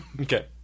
Okay